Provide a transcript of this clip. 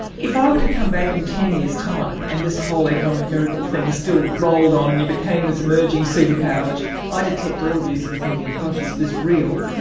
if ah i were to come back in ten years' time and this whole economic miracle thing still rolled on and you became this emerging superpower which i ah detect all of you sort of thinking, gosh, is this real,